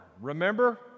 remember